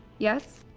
yes?